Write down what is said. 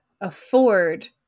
afford